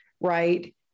right